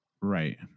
right